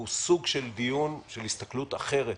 הוא סוג של דיון שיש בו הסתכלות אחרת